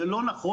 זה לא נכון,